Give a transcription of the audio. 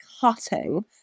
cutting